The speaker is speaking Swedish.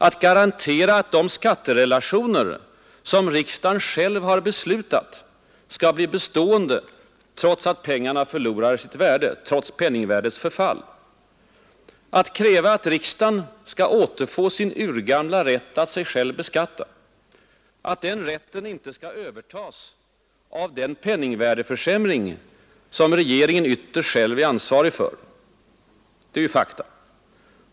Att garantera att de skatterelationer som riksdagen själv har beslutat skall bli bestående trots penningvärdets förfall. Att kräva att riksdagen skall återfå sin ”urgamla rätt att sig beskatta”. Att denna rätt inte skall övertagas av den penningvärdeförsämring som regeringen ytterst själv är ansvarig för. Det är ju fakta.